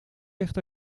dicht